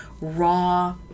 raw